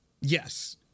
Yes